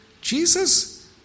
Jesus